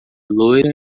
loira